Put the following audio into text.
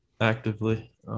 actively